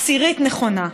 עשירית נכונה.